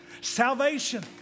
Salvation